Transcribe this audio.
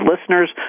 listeners